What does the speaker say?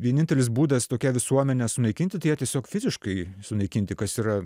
vienintelis būdas tokią visuomenę sunaikinti tai jie tiesiog fiziškai sunaikinti kas yra